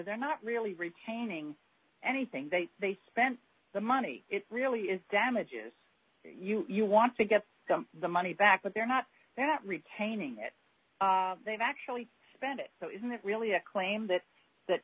they're not really retaining anything that they spent the money it really in damages you you want to get the money back but they're not that retaining that they've actually spent it so isn't it really a claim that that